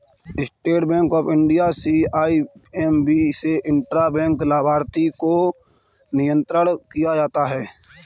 state Bank of India CIMB से intra bank लाभार्थी को नियंत्रण किया जाता है